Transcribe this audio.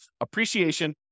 appreciation